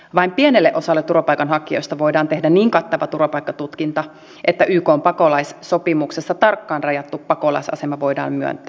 vain pienelle osalle turvapaikanhakijoista voidaan tehdä niin kattava turvapaikkatutkinta että ykn pakolaissopimuksessa tarkkaan rajattu pakolaisasema voidaan myöntää